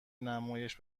نمایش